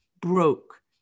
broke